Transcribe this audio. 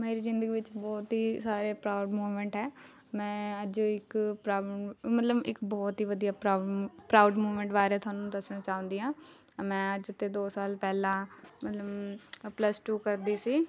ਮੇਰੀ ਜ਼ਿੰਦਗੀ ਵਿੱਚ ਬਹੁਤ ਹੀ ਸਾਰੇ ਪਰਾਊਡ ਮੂਮੈਂਟ ਹੈ ਮੈਂ ਅੱਜ ਇੱਕ ਪਰਾਊਡ ਮਤਲਬ ਇੱਕ ਬਹੁਤ ਹੀ ਵਧੀਆ ਪਰਾ ਪਰਾਊਂਡ ਮੂਮੈਂਟ ਬਾਰੇ ਤੁਹਾਨੂੰ ਦੱਸਣਾ ਚਾਹੁੰਦੀ ਹਾਂ ਮੈਂ ਅੱਜ ਤੋਂ ਦੋ ਸਾਲ ਪਹਿਲਾਂ ਮਤਲਬ ਪਲੱਸ ਟੂ ਕਰਦੀ ਸੀ